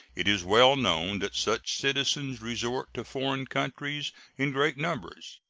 it is well known that such citizens resort to foreign countries in great numbers.